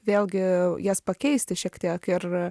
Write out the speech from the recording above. vėlgi jas pakeisti šiek tiek ir